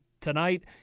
tonight